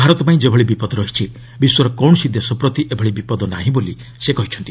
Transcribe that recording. ଭାରତପାଇଁ ଯେଭଳି ବିପଦ ରହିଛି ବିଶ୍ୱର କୌଣସି ଦେଶ ପ୍ରତି ଏଭଳି ବିପଦ ନାହିଁ ବୋଲି ସେ କହିଛନ୍ତି